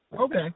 Okay